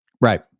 Right